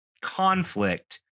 conflict